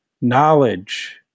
knowledge